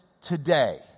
today